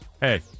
Hey